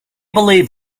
believe